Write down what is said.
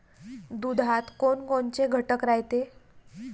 दुधात कोनकोनचे घटक रायते?